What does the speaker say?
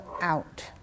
out